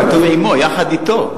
כתוב "עמו", יחד אתו.